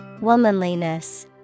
Womanliness